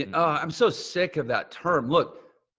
and ah i'm so sick of that term look,